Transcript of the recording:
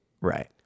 Right